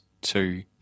two